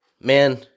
Man